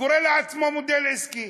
וקורא לעצמו מודל עסקי?